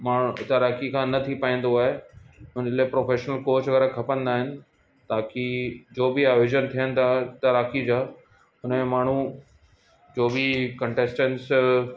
मा तैराकी खां न थी पाईंदो आहे हुन लाइ प्रोफेश्नल कोच वग़ैरह खपंदा आहिनि ताकी जो बि आयोजन थियनि था तैराकी जा हुन में माण्हू जो बि कंटेसटन्स